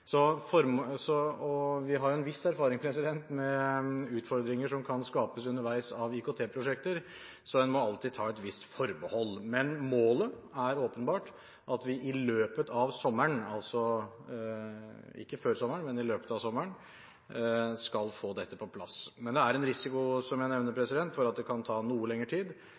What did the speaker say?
Vi har en viss erfaring med utfordringer som kan skapes underveis av IKT-prosjekter, så en må alltid ta et visst forbehold, men målet er åpenbart at vi i løpet av sommeren – altså ikke før sommeren, men i løpet av sommeren – skal få dette på plass. Det er en risiko, som jeg nevner, for at det kan ta noe lengre tid,